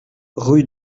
rue